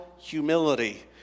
humility